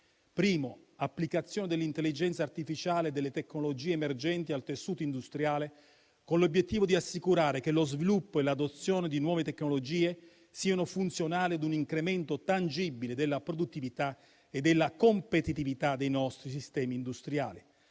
è l'applicazione dell'intelligenza artificiale e delle tecnologie emergenti al tessuto industriale, con l'obiettivo di assicurare che lo sviluppo e l'adozione di nuove tecnologie siano funzionali a un incremento tangibile della produttività e della competitività dei nostri sistemi industriali.